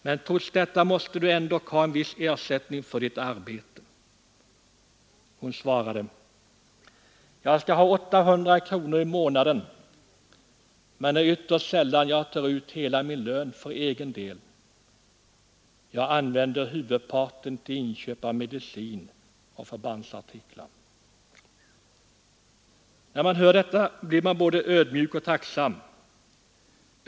Men trots detta måste du väl ändå ha en viss ersättning för ditt arbete?” Hon svarade: ”Jag skall ha 800 kronor i månaden, men det är ytterst sällan jag tar ut hela min lön för egen del. Jag använder huvudparten till inköp av medicin och förbandsartiklar.” När man hör detta blir man både ödmjuk och tacksam.